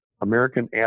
American